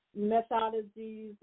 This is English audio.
methodologies